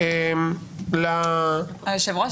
היושב-ראש,